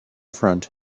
front